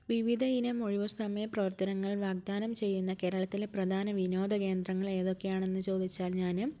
വിവിധയിനം ഒഴിവുസമയ പ്രവർത്തനങ്ങൾ വാഗ്ദാനം ചെയ്യുന്ന കേരളത്തിലെ പ്രധാന വിനോദകേന്ദ്രങ്ങൾ ഏതൊക്കെയാണെന്ന് ചോദിച്ചാൽ ഞാൻ